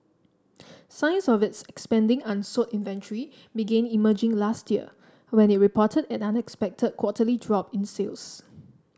signs of its expanding unsold inventory began emerging last year when it reported an unexpected quarterly drop in sales